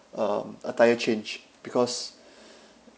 um attire change because